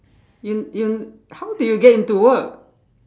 in in how did you get into work